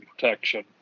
protection